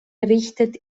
errichtet